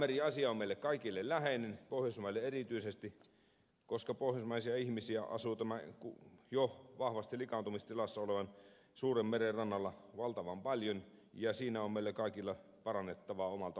itämeri asia on meille kaikille läheinen pohjoismaille erityisesti koska pohjoismaisia ihmisiä asuu tämän jo vahvasti likaantumistilassa olevan suuren meren rannalla valtavan paljon ja siinä on meillä kaikilla parannettavaa omalta osaltamme